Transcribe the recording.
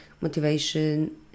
motivation